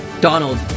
Donald